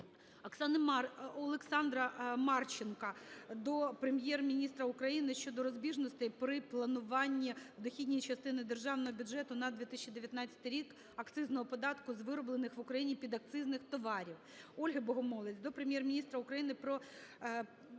області. Олександра Марченка до Прем'єр-міністра України щодо розбіжностей при плануванні в дохідній частині Державного бюджету на 2019 рік акцизного податку з вироблених в Україні підакцизних товарів. Ольги Богомолець до Прем'єр-міністра України про причини